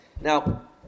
Now